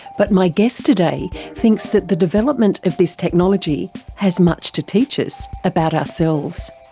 but my guest today thinks that the development of this technology has much to teach us about ourselves.